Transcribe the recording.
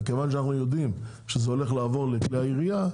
ומכיוון שאנחנו יודעים שזה הולך לעבור לכלי ירייה,